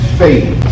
faith